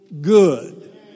good